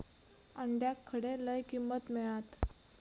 अंड्याक खडे लय किंमत मिळात?